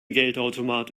geldautomat